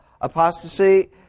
Apostasy